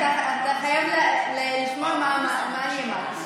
אתה חייב לשמוע מה אני אמרתי,